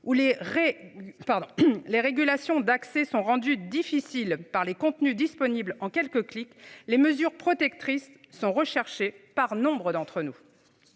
les régulation d'accès sont rendues difficiles par les contenus disponibles en quelques clics. Les mesures protectrices sont recherchés par nombre d'entre nous.